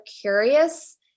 curious